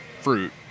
fruit